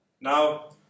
Now